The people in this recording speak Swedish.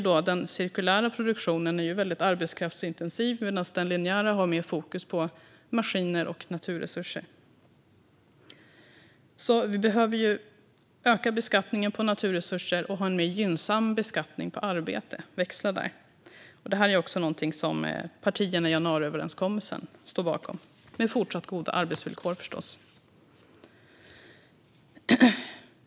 Den cirkulära produktionen är väldigt arbetskraftsintensiv medan den linjära har mer fokus på maskiner och naturresurser. Vi behöver alltså öka beskattningen på naturresurser och ha en mer gynnsam beskattning på arbete, så att det blir en växling där, med fortsatt goda arbetsvillkor, förstås. Detta är också något som partierna i januariöverenskommelsen står bakom.